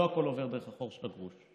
לא הכול עובר דרך החור של הגרוש,